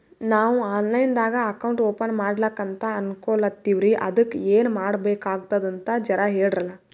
ನಾವು online ದಾಗ account open ಮಾಡ್ಲಕಂತ ಅನ್ಕೋಲತ್ತೀವ್ರಿ ಅದಕ್ಕ ಏನ ಮಾಡಬಕಾತದಂತ ಜರ ಹೇಳ್ರಲ?